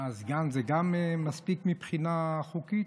גם סגן זה מספיק מבחינה חוקית?